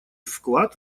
вклад